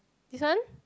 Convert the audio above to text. this one